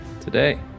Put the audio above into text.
Today